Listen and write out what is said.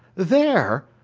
there!